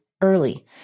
early